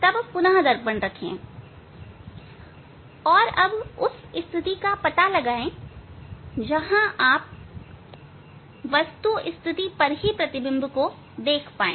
तब पुनः दर्पण को रखें और उस स्थिति का पता लगाएं जहां आप वस्तु की स्थिति पर ही प्रतिबिंब को देख पाए